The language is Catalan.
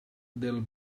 del